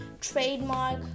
trademark